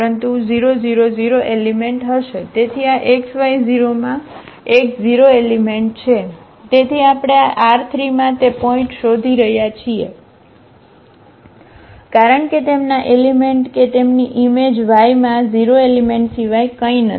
તેથી તે આ x y 0 માં એક 0 એલિમેંટ છે તેથી આપણે આ R3 માં તે પોઇન્ટશોધી રહ્યા છીએ કારણ કે તેમના એલિમેંટ કે તેમની ઈમેજ y માં 0 એલિમેંટ સિવાય કંઈ નથી